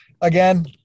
again